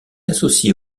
associé